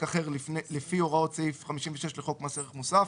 אחר לפי הוראות סעיף 56 לחוק מס ערך מוסף,